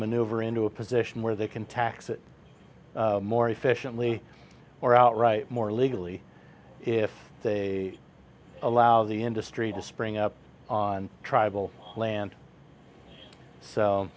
maneuver into a position where they can tax it more efficiently or outright more legally if they allow the industry to spring up on tribal land